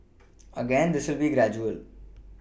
again this will be gradual